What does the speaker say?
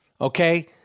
okay